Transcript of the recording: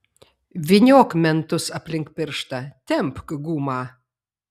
vyniok mentus aplink pirštą tempk gumą